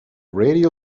radio